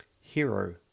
Hero